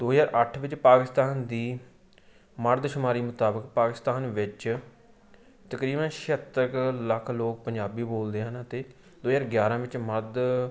ਦੋ ਹਜ਼ਾਰ ਅੱਠ ਵਿੱਚ ਪਾਕਿਸਤਾਨ ਦੀ ਮਰਦਸ਼ੁਮਾਰੀ ਮੁਤਾਬਕ ਪਾਕਿਸਤਾਨ ਵਿੱਚ ਤਕਰੀਬਨ ਛਿਹੱਤਰ ਕੁ ਲੱਖ ਲੋਕ ਪੰਜਾਬੀ ਬੋਲਦੇ ਹਨ ਅਤੇ ਦੋ ਹਜ਼ਾਰ ਗਿਆਰਾਂ ਵਿੱਚ ਮਰਦ